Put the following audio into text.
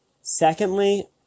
Secondly